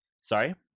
Sorry